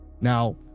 Now